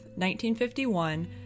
1951